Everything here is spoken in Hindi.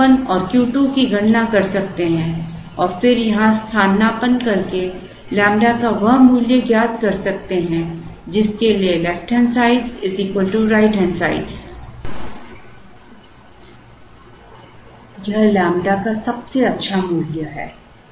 आप Q 1 और Q 2 की गणना कर सकते हैं और फिर यहां स्थानापन्न करके लैम्ब्डा का वह मूल्य ज्ञात कर सकते हैं जिसके लिए LHS RHS वह लैम्ब्डा का सबसे अच्छा मूल्य है